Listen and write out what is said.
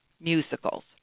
musicals